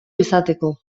izateko